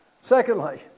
Secondly